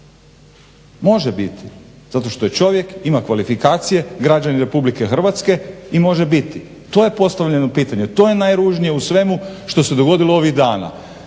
Može biti, zato što je čovjek, ima kvalifikacije, građanin RH i može biti. To je postavljeno pitanje, to je najružnije u svemu što se dogodilo ovih dana.